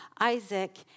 Isaac